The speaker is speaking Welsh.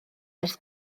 ers